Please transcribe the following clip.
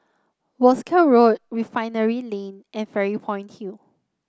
Wolskel Road Refinery Lane and Fairy Point Hill